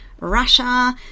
russia